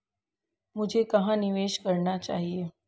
मुझे कहां निवेश करना चाहिए?